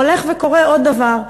הולך וקורה עוד דבר,